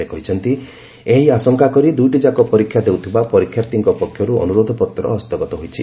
ସେ କହିଛନ୍ତି ଏହି ଆଶଙ୍କା କରି ଦୁଇଟିଯାକ ପରୀକ୍ଷା ଦେଉଥିବା ପରୀକ୍ଷାର୍ଥୀଙ୍କ ପକ୍ଷରୁ ଅନୁରୋଧପତ୍ର ହସ୍ତଗତ ହୋଇଛି